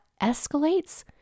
escalates